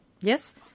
Yes